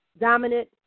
dominant